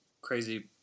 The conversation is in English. crazy